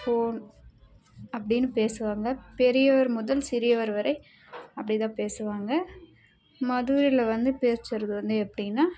போன்னு அப்படினு பேசுவாங்க பெரியவர் முதல் சிறியவர் வரை அப்படி தான் பேசுவாங்க மதுரையில் வந்து பேசுறது வந்து எப்படின்னா